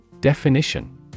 Definition